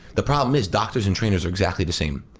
the problem is doctors and trainers are exactly the same.